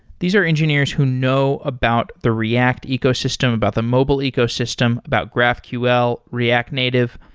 these are engineers who know about the react ecosystem, about the mobile ecosystem, about graphql, react native.